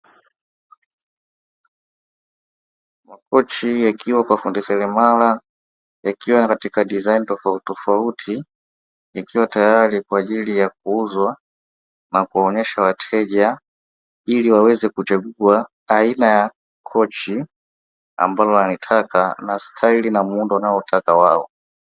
Makochi yaliyopo kwa fundi seremala yakiwa katika mitindo tofautitofauti, yakiwa tayari kwa ajili ya kuuzwa na kuoneshwa wateja, ili waweze kuchagua aina ya kochi ambalo wanataka na staili na muundo wanaoutaka wao.